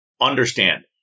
Understand